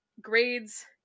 Grades